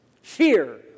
fear